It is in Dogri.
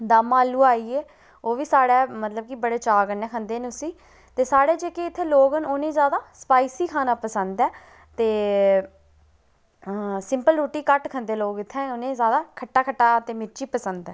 दम आलू आइये ते ओह्बी साढ़े बड़े चाऽ कन्नै खंदे न उसी ते ओह् जेह्के लोग न इत्थें उनेंगी स्पाइसी खाना पसंद ऐ ते सिपंल रुट्टी घट्ट खंदे लोक इत्थें इनेंगी खट्टा खट्टा ते स्पाइसी पसंद ऐ